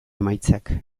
emaitzak